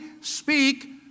speak